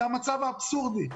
זה מצב אבסורדי.